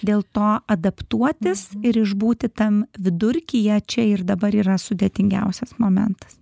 dėl to adaptuotis ir išbūti tam vidurkyje čia ir dabar yra sudėtingiausias momentas